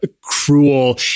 cruel